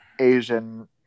asian